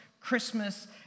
Christmas